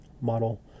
model